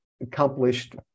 accomplished